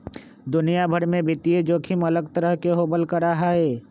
दुनिया भर में वित्तीय जोखिम अलग तरह के होबल करा हई